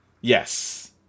Yes